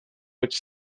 which